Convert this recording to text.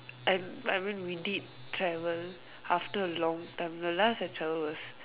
I mean we we did travel after a long time no last I travelled was